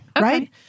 right